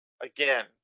again